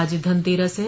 आज धनतेरस है